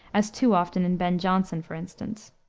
as too often in ben jonson, for instance.